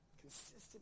Consistent